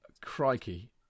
Crikey